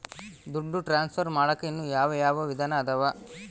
ದುಡ್ಡು ಟ್ರಾನ್ಸ್ಫರ್ ಮಾಡಾಕ ಇನ್ನೂ ಯಾವ ಯಾವ ವಿಧಾನ ಅದವು?